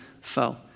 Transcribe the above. foe